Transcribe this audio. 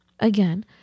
again